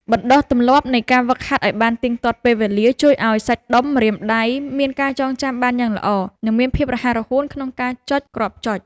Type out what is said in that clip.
បណ្តុះទម្លាប់នៃការហ្វឹកហាត់ឱ្យបានទៀងទាត់ពេលវេលាជួយឱ្យសាច់ដុំម្រាមដៃមានការចងចាំបានយ៉ាងល្អ និងមានភាពរហ័សរហួនក្នុងការចុចគ្រាប់ចុច។